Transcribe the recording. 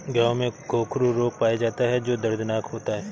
गायों में गोखरू रोग पाया जाता है जो दर्दनाक होता है